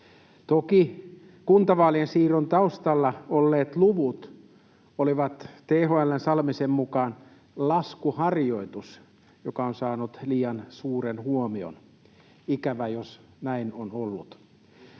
Toki kuntavaalien siirron taustalla olleet luvut olivat THL:n Salmisen mukaan laskuharjoitus, joka on saanut liian suuren huomion. Ikävää, jos näin on ollut.